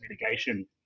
mitigation